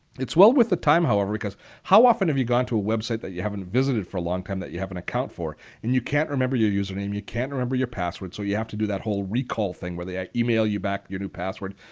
it's well worth the time however because how often have you gone to website that you haven't visited for a long time that you have an account for and you can't remember your username, you can't remember your password so you have to do that whole recall thing where they ah email you back your new password.